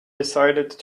decided